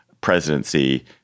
presidency